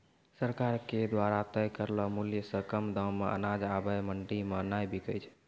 सरकार के द्वारा तय करलो मुल्य सॅ कम दाम मॅ अनाज आबॅ मंडी मॅ नाय बिकै छै